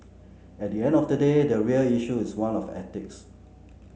at the end of the day the real issue is one of ethics